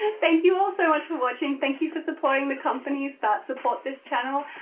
ah thank you all so much for watching, thank you for supporting the companies that support this channel.